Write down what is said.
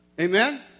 Amen